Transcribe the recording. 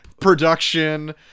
production